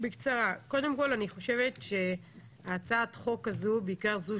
קודם כל אני חושבת שהצעת החוק הזו בעיקר זו